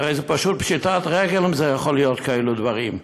הרי זו פשוט פשיטת רגל אם יכולים להיות כאלה דברים.